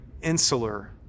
insular